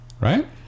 Right